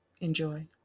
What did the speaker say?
Enjoy